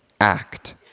act